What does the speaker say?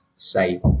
Say